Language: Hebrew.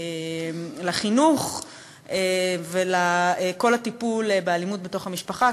החינוך וכל הטיפול באלימות בתוך המשפחה,